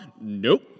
Nope